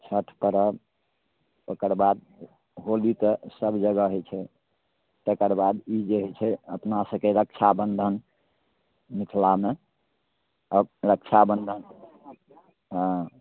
छठि परब तकर बाद होली तऽ सब जगह होइ छै तकर बाद ई जे होइ छै अपना सभके रक्षाबन्धन मिथिलामे तब रक्षाबन्धन हाँ